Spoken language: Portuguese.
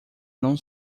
não